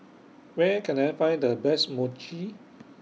Where Can I Find The Best Mochi